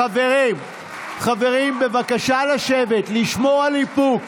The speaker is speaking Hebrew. חברים, חברים, בבקשה לשבת, לשמור על איפוק.